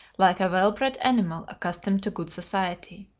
like a well-bred animal accustomed to good society.